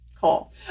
call